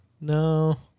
No